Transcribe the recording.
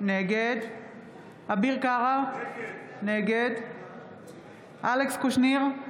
נגד אביר קארה, נגד אלכס קושניר,